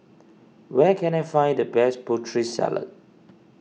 where can I find the best Putri Salad